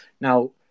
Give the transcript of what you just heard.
Now